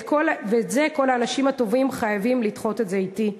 וכל האנשים הטובים חייבים לדחות את זה אתי,